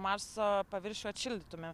marso paviršių atšildytume